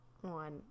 one